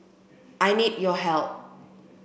I need your help